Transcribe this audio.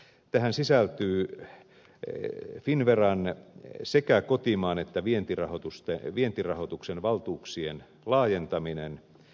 tähän sisältyy finnveran sekä kotimaan että vientirahoituksen valtuuksien laajentaminen